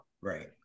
Right